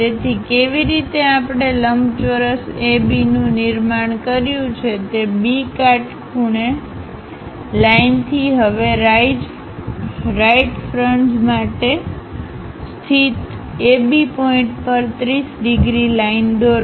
તેથી કેવી રીતે આપણે લંબચોરસ ABનું નિર્માણ કર્યું છે તે B કાટખૂણે લાઈનથી હવે રાઈટ ફ્રજ માટે સ્થિત AB પોઇન્ટ પર 30 ડિગ્રી લાઇન દોરો